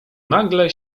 nagle